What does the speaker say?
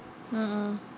mm mm